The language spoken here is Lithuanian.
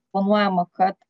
planuojama kad